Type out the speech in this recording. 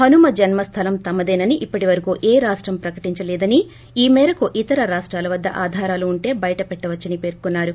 హనుమ జన్మ స్థలం తమదేనని ఇప్పటి వరకు ఏ రాష్టం ప్రకటించలేదని ఈమేరకు ఇతర రాష్టాలు వద్ద ఆధారాలు ఉంటే బయటపెట్టవచ్చని పేర్కొన్నారు